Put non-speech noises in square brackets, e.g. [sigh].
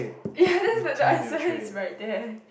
[laughs] yeah the answer is right there